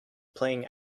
playing